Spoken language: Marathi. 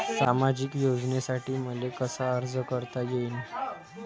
सामाजिक योजनेसाठी मले कसा अर्ज करता येईन?